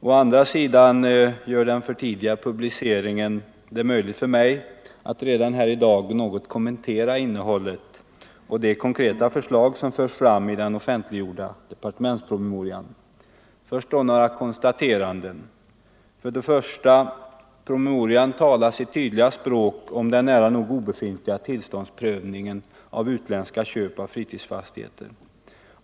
Å andra sidan gör den för tidiga publiceringen det möjligt för mig att redan här i dag något kommentera innehållet i och de konkreta förslag som förs fram i den offentliggjorda departementspromemorian. Först då några konstateranden: 1. Promemorian talar sitt tydliga språk om den nära nog obefintliga tillståndsprövningen av utländska köp av fritidsfastigheter.